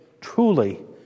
Truly